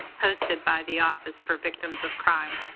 hosted by the office for victims of crime.